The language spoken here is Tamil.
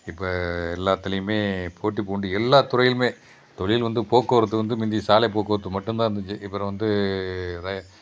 இப்போ எல்லாத்திலேயுமே போட்டிபோட்டு எல்லா துறையிலும் தொழில் வந்து போக்குவரத்து வந்து முந்தி சாலை போக்குவரத்து மட்டும் தான் இருந்துச்சு இப்பலாம் வந்து